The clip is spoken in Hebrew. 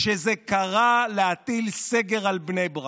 כשזה קרא להטיל סגר על בני ברק.